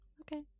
okay